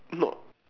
no